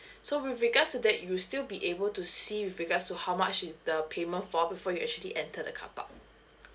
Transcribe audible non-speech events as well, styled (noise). (breath) so with regards to that you will still be able to see with regards to how much is the payment for before you actually enter the car park